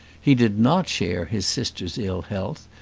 he did not share his sisters' ill-health,